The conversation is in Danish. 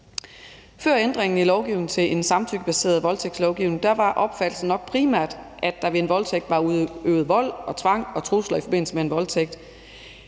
Før ændringen i lovgivningen til en samtykkebaseret voldtægtslovgivning var opfattelsen nok primært, at der i forbindelse med en voldtægt var udøvet vold og tvang og trusler, men med den nye